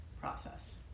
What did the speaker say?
process